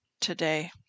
today